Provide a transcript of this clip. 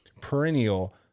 perennial